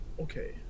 okay